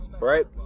right